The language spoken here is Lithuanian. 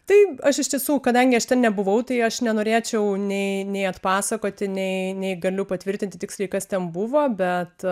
tai aš iš tiesų kadangi aš ten nebuvau tai aš nenorėčiau nei nei atpasakoti nei galiu patvirtinti tiksliai kas ten buvo bet